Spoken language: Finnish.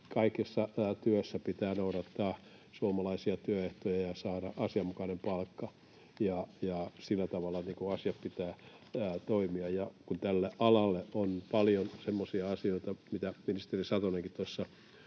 kaikessa työssä pitää noudattaa suomalaisia työehtoja ja saada asianmukainen palkka, ja sillä tavalla asioiden pitää toimia. Ja kun tällä alalla on paljon semmoisia asioita, mitä ministeri Satonenkin tuossa